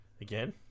Again